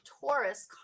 taurus